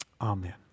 Amen